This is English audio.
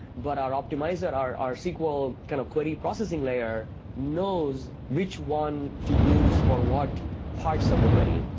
but our optimizer, our our sql kind of query processing layer knows which one to use for what parts of the query.